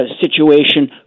situation